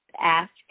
ask